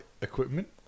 equipment